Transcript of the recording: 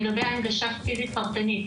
לגבי ההנגשה הפיזית פרטנית,